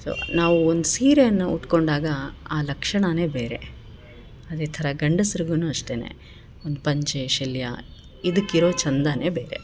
so ನಾವು ಒಂದು ಸೀರೆಯನ್ನು ಉಟ್ಕೊಂಡಾಗ ಆ ಲಕ್ಷಣ ಬೇರೆ ಅದೆ ಥರ ಗಂಡಸ್ರಿಗು ಅಷ್ಟೆ ಒಂದು ಪಂಚೆ ಶಲ್ಯ ಇದಕ್ಕೆ ಇರೋ ಚಂದನೆ ಬೇರೆ